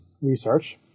research